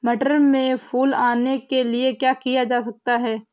मटर में फूल आने के लिए क्या किया जा सकता है?